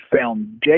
foundation